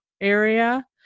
area